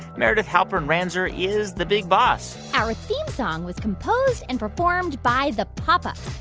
meredith halpern-ranzer is the big boss our theme song was composed and performed by the pop ups.